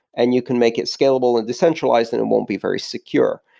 and you can make it scalable and decentralized and it won't be very secure.